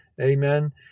Amen